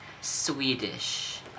Swedish